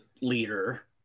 leader